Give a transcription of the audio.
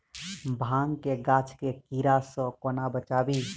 भांग केँ गाछ केँ कीड़ा सऽ कोना बचाबी?